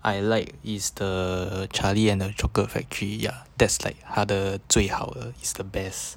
I like is the charlie and the chocolate factory ya that's like 他的最好的 is the best